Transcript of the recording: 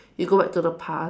you go back to the past